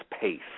pace